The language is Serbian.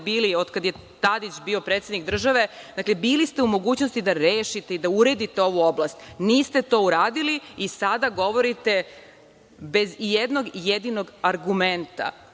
bili, od kada je Tadić bio predsednik države, dakle bili ste u mogućnosti da rešite i da uredite ovu oblast. Niste to uradili i sada govorite bez ijednog jedinog argumenta. Ono